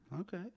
okay